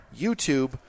YouTube